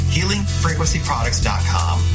HealingFrequencyProducts.com